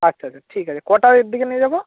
আচ্ছা আচ্ছা ঠিক আছে কটার দিকে নিয়ে যাবো